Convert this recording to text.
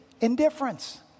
indifference